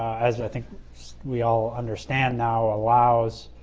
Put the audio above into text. as i think we all understand now, allows